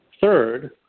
Third